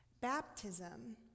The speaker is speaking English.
Baptism